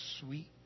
sweet